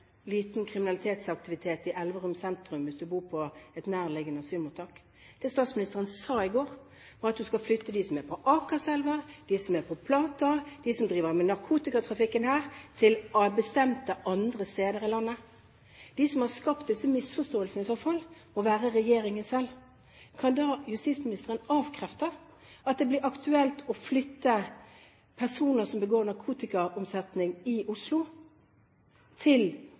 liten kriminalitetsaktivitet i Elverum sentrum hvis du bor på et nærliggende asylmottak. Det statsministeren sa i går, var at du skal flytte dem som er ved Akerselva, dem som er på Plata – dem som driver narkotikatrafikken her – til bestemte andre steder i landet. De som i så fall har skapt disse misforståelsene, må være regjeringen selv. Kan justisministeren avkrefte at det blir aktuelt å flytte personer som driver med narkotikaomsetning i Oslo, til